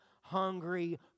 hungry